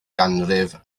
ganrif